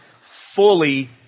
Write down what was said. fully